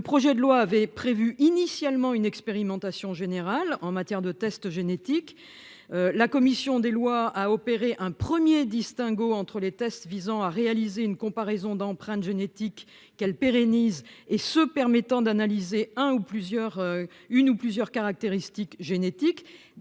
Le projet de loi avait initialement prévu une expérimentation générale en matière de tests génétiques. La commission des lois avait opéré un premier distinguo entre les tests visant à réaliser une comparaison d'empreintes génétiques, qu'elle pérennise, et ceux qui permettent d'analyser une ou plusieurs caractéristiques génétiques.